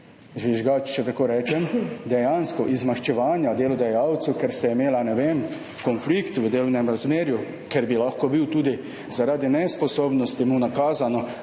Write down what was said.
žvižgač, če tako rečem – dejansko iz maščevanja delodajalcu, ker sta imela, ne vem, konflikt v delovnem razmerju, ker bi mu lahko bilo tudi zaradi nesposobnosti nakazano,